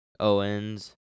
Owens